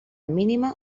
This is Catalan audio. mínima